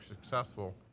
successful